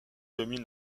domine